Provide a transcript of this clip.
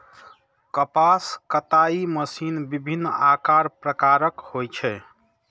कपास कताइ मशीन विभिन्न आकार प्रकारक होइ छै